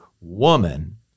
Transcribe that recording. woman